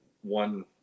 one